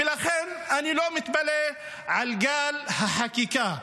ולכן אני לא מתפלא על גל החקיקה.